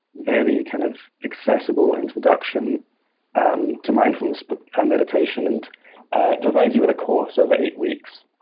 very kind of accessible introduction um to mindfulness meditation. and it provides you with a course of eight weeks,